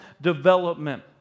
development